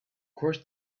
course